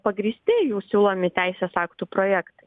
pagrįsti jų siūlomi teisės aktų projektai